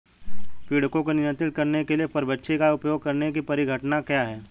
पीड़कों को नियंत्रित करने के लिए परभक्षी का उपयोग करने की परिघटना क्या है?